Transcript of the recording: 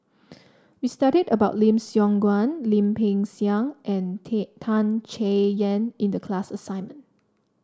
we studied about Lim Siong Guan Lim Peng Siang and Tan Chay Yan in the class assignment